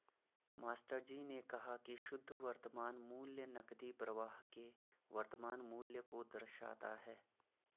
मास्टरजी ने कहा की शुद्ध वर्तमान मूल्य नकदी प्रवाह के वर्तमान मूल्य को दर्शाता है